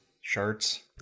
Shirts